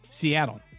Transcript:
Seattle